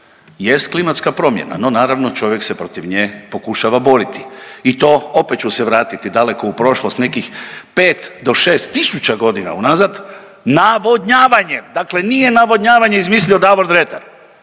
jest klimatska promjena, no naravno čovjek se protiv nje pokušava boriti i to opet ću se vratiti daleko u prošlost nekih 5 do 6 tisuća godina unazad, navodnjavanje, dakle nije navodnjavanje izmislio Davor Dretar,